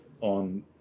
on